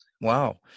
Wow